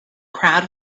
crowd